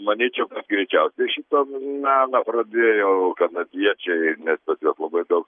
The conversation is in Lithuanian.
manyčiau kad greičiausiai šitą meną pradėjo kanadiečiai nes pas juos labai daug